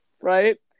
right